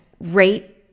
rate